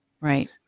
Right